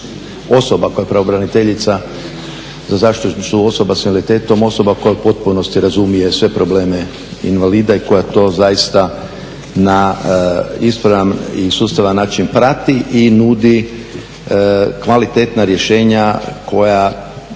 osoba koja je pravobraniteljica za zaštitu osoba s invaliditetom osoba koja u potpunosti razumije sve probleme invalida i koja to zaista na ispravan i sustavan način prati i nudi kvalitetna rješenja koja,